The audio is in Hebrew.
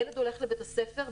ילד הולך לבית הספר,